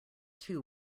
two